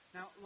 Now